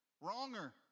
wronger